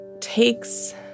takes